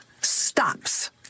stops